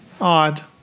odd